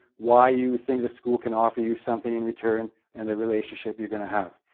why you think the school can offer you something in return, and the relationship you're going to have.